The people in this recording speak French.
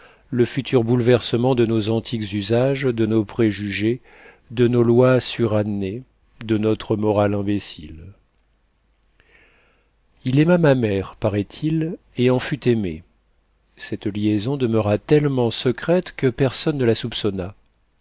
le futur bouleversement de nos antiques usages de nos préjugés de nos lois surannées de notre morale imbécile il aima ma mère paraît-il et en fut aimé cette liaison demeura tellement secrète que personne ne la soupçonna